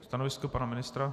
Stanovisko pana ministra?